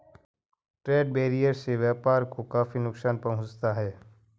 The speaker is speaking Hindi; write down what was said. ट्रेड बैरियर से व्यापार को काफी नुकसान पहुंचता है